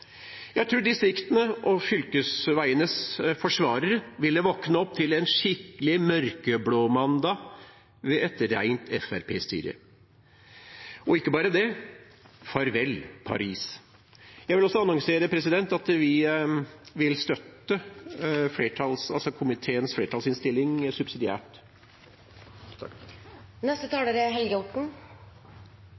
Jeg tror distriktenes og fylkesveienes forsvarere ville våkne opp til en skikkelig mørkeblåmandag ved et rent Fremskrittsparti-styre. Og ikke bare det – farvel Paris! Jeg vil også annonsere at vi vil støtte komiteens flertallsinnstilling subsidiært.